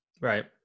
right